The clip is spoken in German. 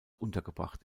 untergebracht